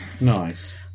Nice